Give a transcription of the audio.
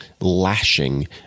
lashing